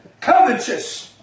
covetous